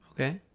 Okay